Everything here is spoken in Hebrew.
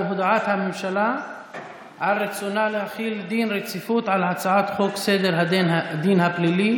על הודעת הממשלה על רצונה להחיל דין רציפות על הצעת חוק סדר הדין הפלילי